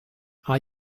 are